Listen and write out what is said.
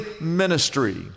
ministry